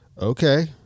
okay